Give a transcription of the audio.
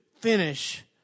finish